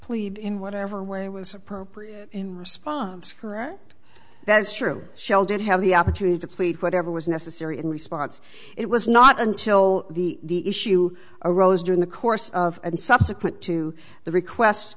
plead in whatever way was appropriate in response for that is true shell did have the opportunity to plead whatever was necessary in response it was not until the issue arose during the course of and subsequent to the request